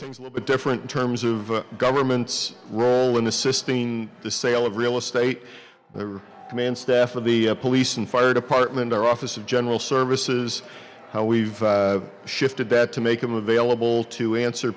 things a little bit different in terms of government's role in the sistine the sale of real estate or command staff of the police and fire department our office of general services how we've shifted that to make them available to answer